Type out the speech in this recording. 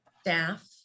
staff